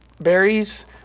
berries